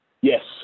Yes